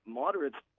moderates